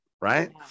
Right